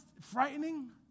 frightening